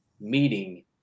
meeting